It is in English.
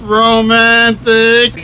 romantic